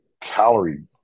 calorie